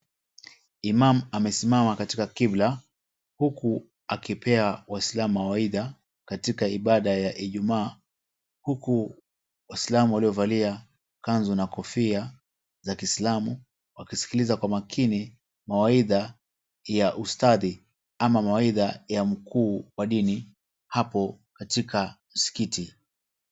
Imam amesimama katika Kibla huku akipea Waislamu mawaidha katika ibada ya Ijumaa huku Waislamu waliovalia kanzu na kofia za Kiislamu wakisikiliza kwa makini mawaidha ya ustadii ama mawaidha ya mkuu wa dini hapo katika Msikiti.